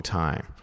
time